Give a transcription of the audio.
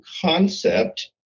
concept